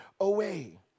away